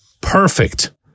perfect